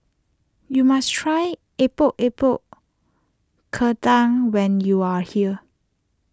you must try Epok Epok Kentang when you are here